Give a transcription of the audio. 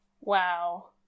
Wow